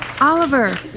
Oliver